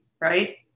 right